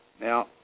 Now